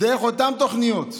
דרך אותן תוכניות,